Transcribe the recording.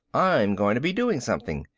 i'm going to be doing something.